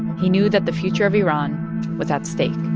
he knew that the future of iran was at stake